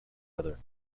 other